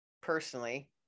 personally